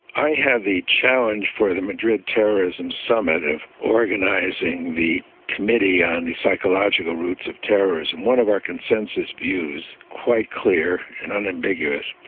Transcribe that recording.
i had the challenge for the madrid terrorism summit of organising the committee on the psychological roots of terrorism. one of our consensus views, quite clear and unambiguous,